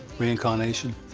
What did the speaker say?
reincarnation.